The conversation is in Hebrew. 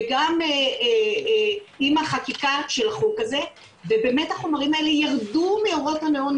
וגם עם החקיקה של החוק הזה ובאמת החומרים האלה ירדו מאורות הניאון,